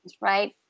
right